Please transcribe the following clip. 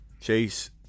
Chase